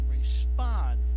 respond